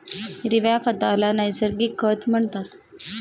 हिरव्या खताला नैसर्गिक खत म्हणतात